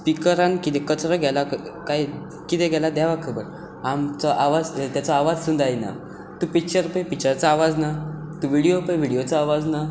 स्पिकरांत कितें कचरो गेला कांय कितें गेलां देवाक खबर आनी तांचो आवाज सुद्दां येना तूं पिक्चर पळय पिक्चराचो आवाज ना तूं विडियो पळय विडियोचो आवाज ना